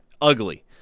ugly